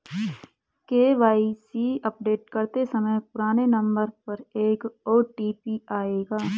KYC update करते समय तुम्हारे नंबर पर एक ओ.टी.पी आएगा